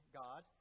God